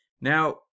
now